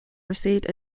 received